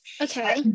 Okay